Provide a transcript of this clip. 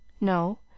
No